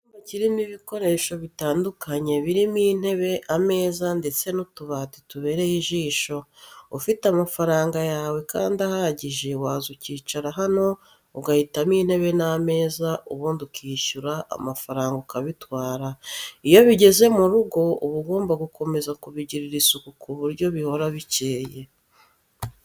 Icyumba kirimo ibikoresho bitandukanye, birimo intebe, ameza ndetse n'utubati tubereye ijisho. Ufite amafaranga yawe kandi ahagije waza ukicara hano ugahitamo intebe n'ameza meza ubundi ukishyura amafaranga ukabitwara. Iyo bigeze mu rugo uba ugomba gukomeza kubigirira isuku ku buryo bihora bikeye.